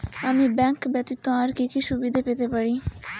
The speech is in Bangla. আমি ব্যাংক ব্যথিত আর কি কি সুবিধে পেতে পারি?